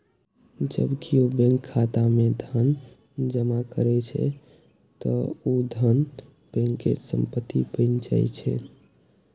जब केओ बैंक खाता मे धन जमा करै छै, ते ऊ धन बैंक के संपत्ति बनि जाइ छै